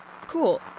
Cool